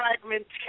fragmentation